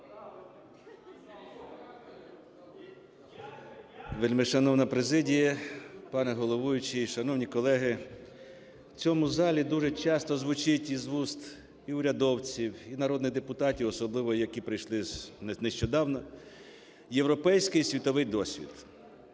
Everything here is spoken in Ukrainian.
Вельмишановна президія, пане головуючий, шановні колеги, в цьому залі дуже часто звучить із вуст і урядовців, і народних депутатів, особливо які прийшли нещодавно: європейський світовий досвіт.